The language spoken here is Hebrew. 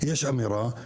יש אמירה,